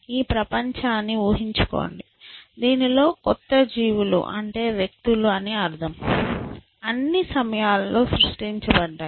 ఈ ప్రపంచాన్ని ఊహించుకోండి దీనిలో కొత్త జీవులు అంటే వ్యక్తులు అని అర్ధం అన్ని సమయాలలో సృష్టించబడ్డాయి